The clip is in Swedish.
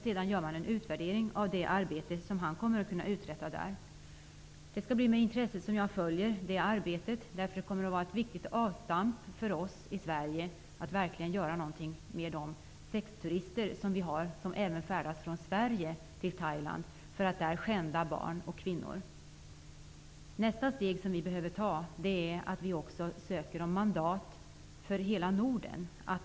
Sedan gör man en utvärdering av det arbete han kommer att kunna uträtta där. Det skall bli med intresse jag följer det arbetet. Det kommer att vara en viktig avstamp för oss i Sverige att verkligen göra något åt de sexturister som även färdas från Sverige till Thailand för att skända barn och kvinnor. Nästa steg som vi behöver ta är att vi också söker mandat för hela Norden.